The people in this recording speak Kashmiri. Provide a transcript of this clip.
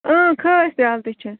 اۭں کھٲسۍ تہِ حظ تہِ چھِ